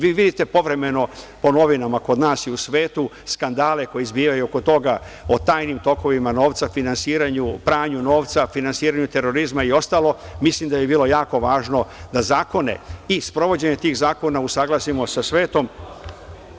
Vi vidite povremeno po novinama kod nas i u svetu skandale koji izbijaju oko toga o tajnim tokovima novca, finansiranju, pranju novca, finansiranju terorizma i ostalo, mislim da bi bilo jako važno da zakone i sprovođenje tih zakona usaglasimo sa svetom.